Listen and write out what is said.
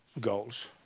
goals